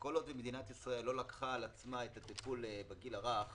כל עוד מדינת ישראל לא לקחה על עצמה את הטיפול בגיל הרך